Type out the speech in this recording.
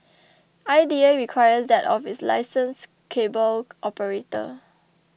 I D A requires that of its licensed cable operator